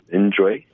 enjoy